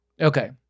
Okay